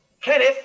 Kenneth